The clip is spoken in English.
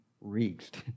reached